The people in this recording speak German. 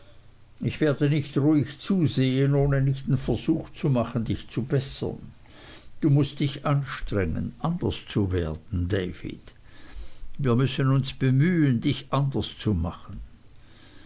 ich werde nicht ruhig zusehen ohne nicht den versuch zu machen dich zu bessern du mußt dich anstrengen anders zu werden david wir müssen uns bemühen dich anders zu machen